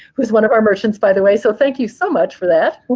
who's one of our merchants by the way. so thank you so much for that.